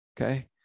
okay